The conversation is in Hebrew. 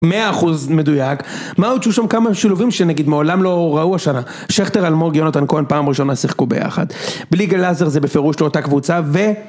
מאה אחוז מדויק, מה עוד שהוא שם כמה שילובים שנגיד מעולם לא ראו השנה, שכטר אלמוג, יונתן כהן פעם ראשונה שיחקו ביחד, בליג אלאזר זה בפירוש לאותה קבוצה ו...